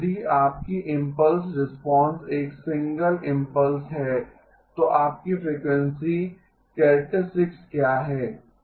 यदि आपकी impulse response एक सिंगल इम्पल्स है तो आपकी फ़्रीक्वेंसी कैरेक्टरिस्टिक क्या है